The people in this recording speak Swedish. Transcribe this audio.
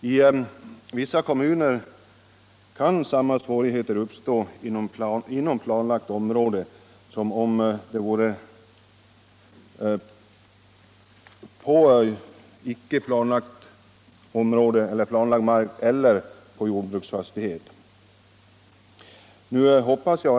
I vissa kommuner kan emellertid samma kreditsvårigheter uppstå för hus som ligger inom planlagt område.